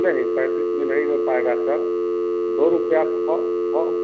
नहीं पैंतीस में नहीं हो पाएगा सर दो रुपये थौ थौक